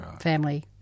family